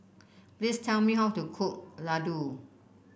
please tell me how to cook Ladoo